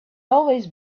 always